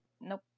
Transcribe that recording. Nope